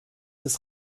des